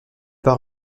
pas